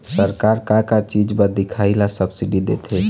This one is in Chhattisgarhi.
सरकार का का चीज म दिखाही ला सब्सिडी देथे?